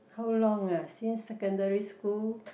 how long uh since secondary school